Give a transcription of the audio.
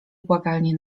błagalnie